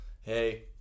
Hey